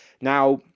Now